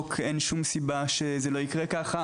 ואין שום סיבה שזה לא יקרה באופן הזה.